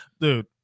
Dude